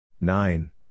nine